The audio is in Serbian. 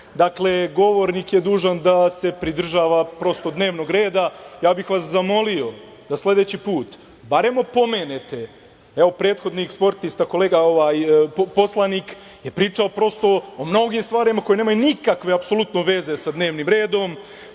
106. govornik je dužan da se pridržava dnevnog reda. Ja bih vas zamolio da sledeći put barem opomenete. Evo, prethodnik, sportista, kolega poslanik, jer pričao o mnogim stvarima koji nemaju nikakve apsolutno veze sa dnevnim redom.